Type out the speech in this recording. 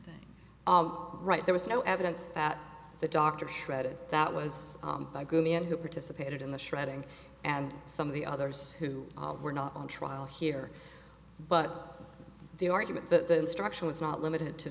different right there was no evidence that the doctor shredded that was a good man who participated in the shredding and some of the others who were not on trial here but the argument that the instruction was not limited to